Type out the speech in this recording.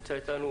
נמצא איתנו